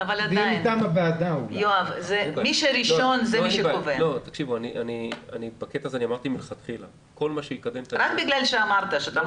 אכן ההצעה שהונחה כרגע לא מושלמת ולא כוללת את כל הדברים שכרגע גם